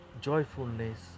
joyfulness